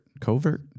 Covert